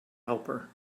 helper